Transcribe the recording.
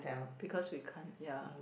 because we can't ya